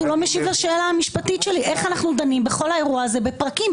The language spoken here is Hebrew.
הוא לא משיב לשאלה המשפטית שלי: איך אנחנו דנים בכל האירוע הזה בפרקים,